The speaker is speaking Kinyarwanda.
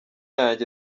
yanjye